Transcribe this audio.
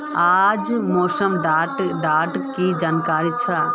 आज मौसम डा की जानकारी छै?